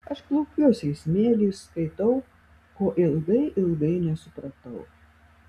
aš klaupiuosi į smėlį ir skaitau ko ilgai ilgai nesupratau